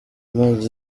amazi